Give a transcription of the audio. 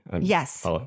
Yes